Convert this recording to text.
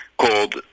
called